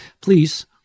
please